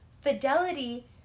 fidelity